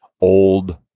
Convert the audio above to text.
old